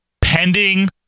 pending